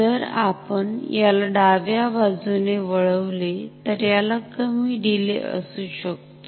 जर आपण याला डाव्या बाजूकडे वळवले तर याला कमी डीले असू शकतो